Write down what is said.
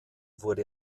wurde